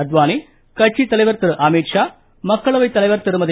அத்வானி கட்சித்தலைவர் திரு அமித்ஷா மக்களவை தலைவர் திருமதி